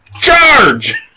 Charge